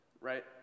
right